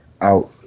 Out